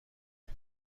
همه